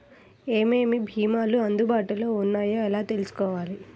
ఏమేమి భీమాలు అందుబాటులో వున్నాయో ఎలా తెలుసుకోవాలి?